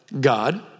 God